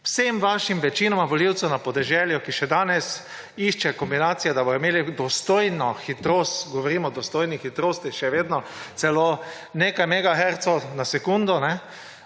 vsem vašim, večinoma, volivcem na podeželju, ki še danes iščejo kombinacijo, da bodo imeli dostojno hitrost – govorim o dostojni hitrosti, še vedno, celo o nekaj megahertzih na sekundo